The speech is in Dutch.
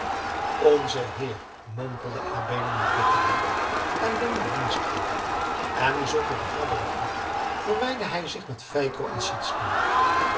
onze heer mompelde adeelen met bitterheid ellendig dienstvolk en zonder verdere groete verwijderde hij zich met feiko en sytsken